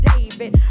David